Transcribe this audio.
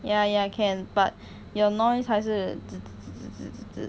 ya ya can but your noise 还是 uh